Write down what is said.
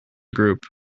group